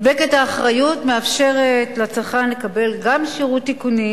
מדבקת האחריות מאפשרת לצרכן לקבל גם שירות תיקונים,